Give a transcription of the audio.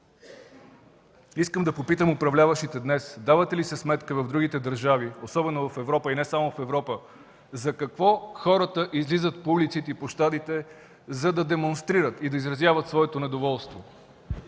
Искам да попитам управляващите днес: давате ли си сметка в другите държави, особено в Европа и не само в Европа за какво хората излизат по улиците и площадите, за да демонстрират и да изразяват своето недоволство?